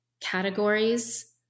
categories